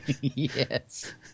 yes